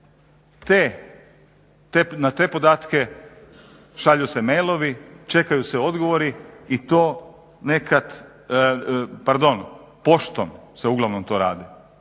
na te podatke šalju se mailovi, čekaju se odgovori i to nekad pardon poštom se to uglavnom radi,